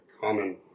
common